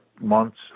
months